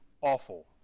awful